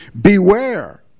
Beware